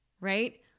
right